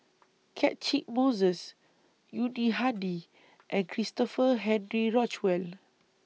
Catchick Moses Yuni Hadi and Christopher Henry Rothwell